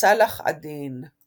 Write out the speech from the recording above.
צלאח א-דין.